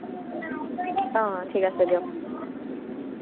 অ ঠিক আছে দিয়ক